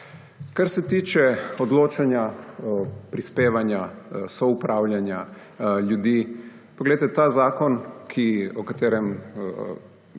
Kar se tiče odločanja, prispevanja, soupravljanja ljudi. Poglejte, ta zakon, o katerem